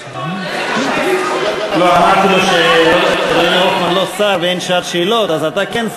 לא עובר אותו, וזה מתאים.